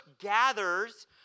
gathers